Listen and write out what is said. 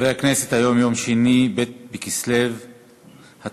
חברי הכנסת, היום יום שני, ב' בכסלו התשע"ה,